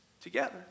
together